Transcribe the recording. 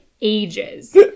ages